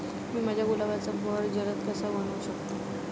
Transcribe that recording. मी माझ्या गुलाबाचा बहर जलद कसा बनवू शकतो?